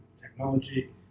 technology